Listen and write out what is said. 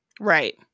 right